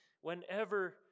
whenever